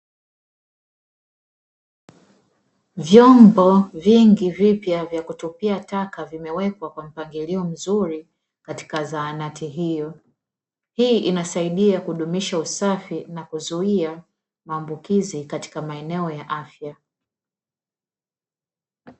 Vyombo vingi vipya vya kutupia taka vimewekwa kwa mpangilio mzuri katika zahanati hiyo. Hii inasaidia kudumisha usafi na kuzuia maambukizi katika maeneo ya afya.